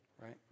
right